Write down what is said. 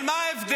אבל מה ההבדל?